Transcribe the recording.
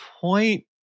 point